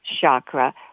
chakra